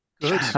Good